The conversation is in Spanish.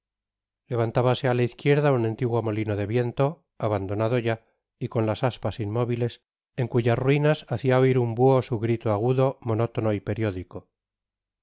levantábase á la izquierda un antiguo molino de viento abandonado ya y con las aspas inmóviles en cuyas ruinas hacia oir un buho su grito agudo monótono y periódico